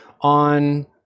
on